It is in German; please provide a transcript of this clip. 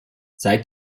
seit